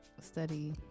study